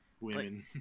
women